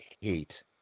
hate